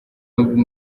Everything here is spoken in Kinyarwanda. yombi